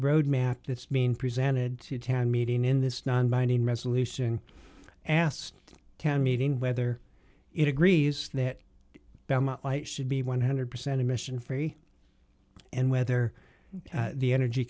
road map this mean presented to town meeting in this non binding resolution asked can meeting whether it agrees that it should be one hundred percent emission free and whether the energy